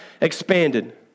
expanded